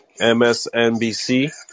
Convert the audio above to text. MSNBC